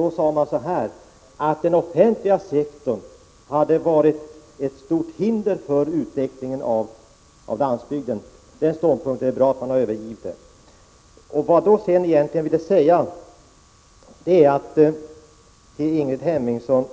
Då sade de nämligen att den offentliga sektorn hade varit ett stort hinder för utvecklingen av landsbygden. Det är bra att de har övergivit den ståndpunkten. Ingrid Hemmingsson